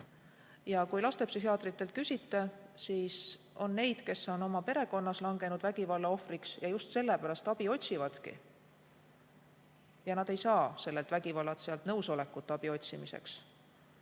Kui lastepsühhiaatritelt küsida, siis nad ütlevad, et on neid, kes on oma perekonnas langenud vägivalla ohvriks ja just sellepärast abi otsivadki. Nad ei saa sellelt vägivallatsejalt nõusolekut abi otsimiseks.